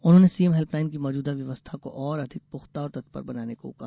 उन्होंने CM helpline की मौजूदा व्यवस्था को और अधिक पुख्ता और तत्पर बनाने को कहा